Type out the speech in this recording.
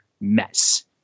mess